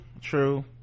true